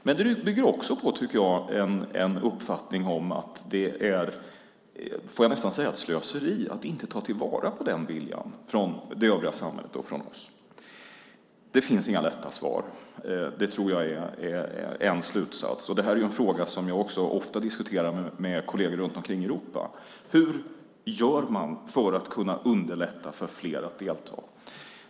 Det bygger också på en uppfattning om att det är slöseri att samhället inte tar vara på den viljan. Det finns inga lätta svar; det är en slutsats. Det här är en fråga som jag också ofta diskuterar med kolleger runt om i Europa. Hur gör man för att underlätta för fler att delta?